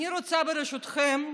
אני רוצה, ברשותכם,